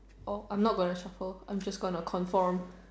I'm not gonna shuffle I'm just gonna confirm